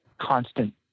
constant